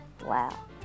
Wow